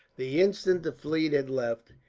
the instant the fleet had left,